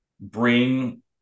bring